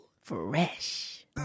Fresh